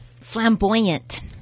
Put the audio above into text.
Flamboyant